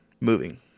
moving